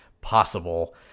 possible